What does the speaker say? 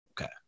Okay